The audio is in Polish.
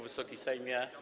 Wysoki Sejmie!